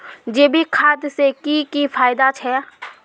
जैविक खाद से की की फायदा छे?